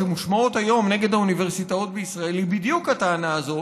שמושמעות היום נגד האוניברסיטאות בישראל היא בדיוק הטענה הזו,